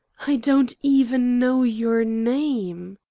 i don't even know your name!